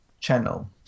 channel